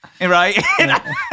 right